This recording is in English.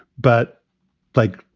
but like,